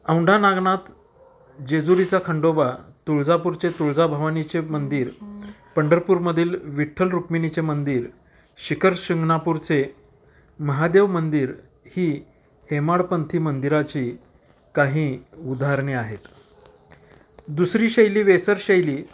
औंढा नागनाथ जेजुरीचा खंडोबा तुळजापूरचे तुळजाभवानीचे मंदिर पंढरपूरमधील विठ्ठल रुक्मिणीचे मंदिर शिखर शिंगणापूरचे महादेव मंदिर ही हेमाडपंथी मंदिराची काही उदाहरणे आहेत दुसरी शैली वेसर शैली